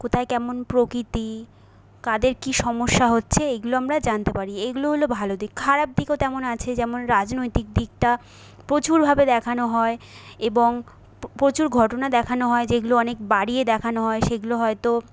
কোথায় কেমন প্রকৃতি কাদের কি সমস্যা হচ্ছে এগুলো আমরা জানতে পারি এইগুলো হল ভালো দিক খারাপ দিকও তেমন আছে যেমন রাজনৈতিক দিকটা প্রচুরভাবে দেখানো হয় এবং প্রচুর ঘটনা দেখানো হয় যেগুলো অনেক বাড়িয়ে দেখানো হয় সেগুলো হয়তো